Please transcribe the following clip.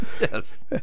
Yes